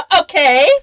Okay